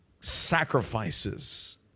sacrifices